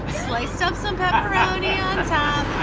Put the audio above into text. sliced up some pepperoni on top,